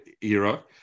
era